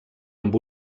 amb